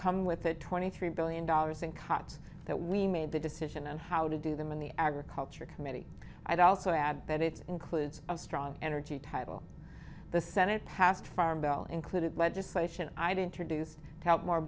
come with that twenty three billion dollars in cuts that we made the decision and how to do them in the agriculture committee i'd also add that it includes of strong energy title the senate passed farm bill included legislation i'd introduce to help more